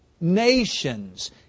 nations